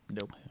nope